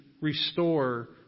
restore